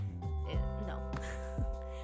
no